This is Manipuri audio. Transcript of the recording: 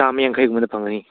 ꯆꯥꯝꯃ ꯌꯥꯡꯈꯩꯒꯨꯝꯕꯗ ꯐꯪꯒꯅꯤ